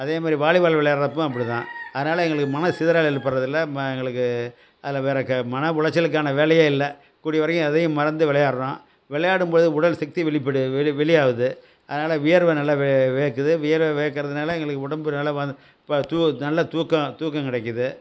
அதே மாதிரி வாலிபால் விளையாடுறப்ப அப்படி தான் அதனால எங்களுக்கு மன சிதறல் ஏற்படுறதில்லை எங்களுக்கு அதில் வேறு மன உளைச்சலுக்கானா வேலையே இல்லை கூடிய வரைக்கும் எதையும் மறந்து விளையாடுறோம் விளையாடும் போது உடல் சக்தி வெளிப்படுது வெளி வெளி ஆகுது அதனால் வியர்வை நல்லா வேர்க்குது வேர்வை வேர்க்கிறதுனால எங்களுக்கு உடம்பு நல்லா இப்போ நல்லா தூக்கம் தூக்கம் கிடைக்கிது